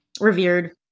revered